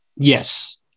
Yes